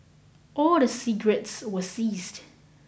all the cigarettes were seized